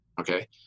Okay